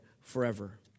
forever